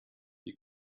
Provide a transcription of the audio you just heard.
die